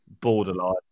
borderline